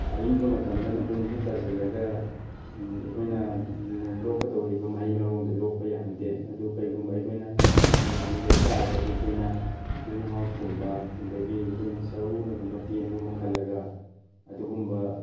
ꯑꯏꯪꯕ ꯃꯇꯝꯗꯅ ꯎꯟ ꯍꯦꯛ ꯇꯥꯁꯤꯜꯂꯒ ꯑꯩꯈꯣꯏꯅ ꯂꯣꯛꯀꯗꯧꯔꯤꯕ ꯃꯍꯩ ꯃꯔꯣꯡꯗꯣ ꯂꯣꯛꯄ ꯌꯥꯍꯟꯗꯦ ꯑꯗꯨ ꯀꯔꯤꯒꯨꯝꯕ ꯑꯩꯈꯣꯏꯅ ꯌꯥꯍꯟꯒꯦ ꯍꯥꯏ ꯇꯥꯔꯒꯗꯤ ꯑꯩꯈꯣꯏꯅ ꯒ꯭ꯔꯤꯟ ꯍꯥꯎꯁꯀꯨꯝꯕ ꯑꯗꯒꯤ ꯑꯩꯈꯣꯏꯅ ꯆꯔꯨꯅꯒꯨꯝꯕ ꯇꯦꯟꯒꯨꯝꯕ ꯈꯜꯂꯒ ꯑꯗꯨꯒꯨꯝꯕ